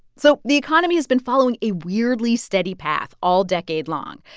so the economy has been following a weirdly steady path all decade long.